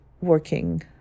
working